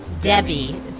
Debbie